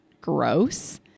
gross